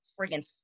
friggin